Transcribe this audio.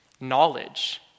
Knowledge